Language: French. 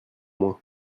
moins